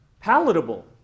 palatable